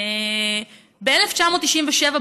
ב-1997,